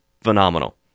phenomenal